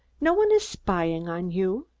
no one is spying on you.